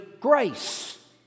grace